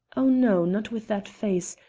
oh no! not with that face,